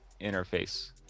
interface